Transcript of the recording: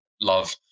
love